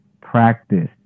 practice